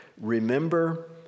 remember